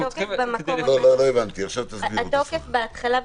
התוקף בהתחלה,